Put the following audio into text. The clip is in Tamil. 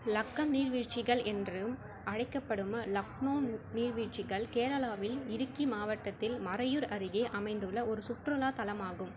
லக்கம் நீர்வீழ்ச்சிகள் என்றும் அழைக்கப்படும் லக்னோன் நீர்வீழ்ச்சிகள் கேரளாவின் இடுக்கி மாவட்டத்தில் மறையூர் அருகே அமைந்துள்ள ஒரு சுற்றுலாத் தலமாகும்